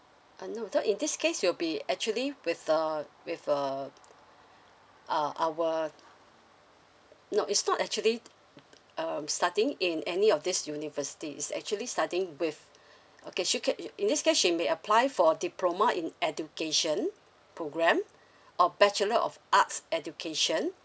uh no so in this case you'll be actually with uh with uh err our no it's not actually the the um starting in any of this university it's actually starting with okay she can you uh in this case she may apply for diploma in education program or bachelor of arts education